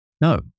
No